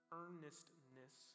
earnestness